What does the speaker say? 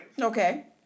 Okay